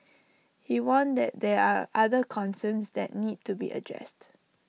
he warned that there are other concerns that need to be addressed